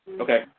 okay